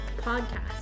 Podcast